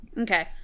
Okay